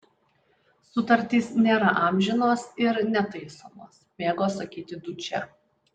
sutartys nėra amžinos ir netaisomos mėgo sakyti dučė